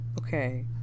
Okay